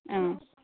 आं